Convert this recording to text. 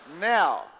now